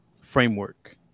framework